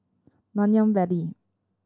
Nanyang Valley